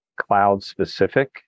cloud-specific